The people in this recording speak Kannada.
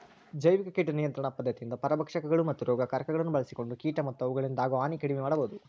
ಜೈವಿಕ ಕೇಟ ನಿಯಂತ್ರಣ ಪದ್ಧತಿಯಿಂದ ಪರಭಕ್ಷಕಗಳು, ಮತ್ತ ರೋಗಕಾರಕಗಳನ್ನ ಬಳ್ಸಿಕೊಂಡ ಕೇಟ ಮತ್ತ ಅವುಗಳಿಂದಾಗೋ ಹಾನಿ ಕಡಿಮೆ ಮಾಡಬೋದು